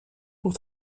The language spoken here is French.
pour